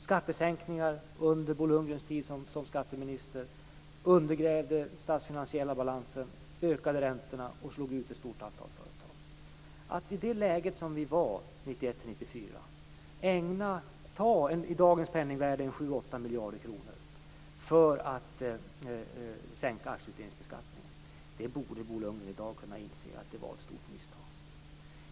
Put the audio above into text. Skattesänkningar under Bo Lundgrens tid som skatteminister undergrävde den statsfinansiella balansen, ökade räntorna och slog ut ett stort antal företag. Att i det läge som vi befann oss i 1991-1994 ta i dagens penningvärde 7-8 miljarder kronor för att sänka aktieutdelningsbeskattningen var ett stort misstag. Det borde Bo Lundgren i dag kunna inse.